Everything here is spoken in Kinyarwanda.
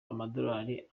amadolari